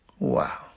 Wow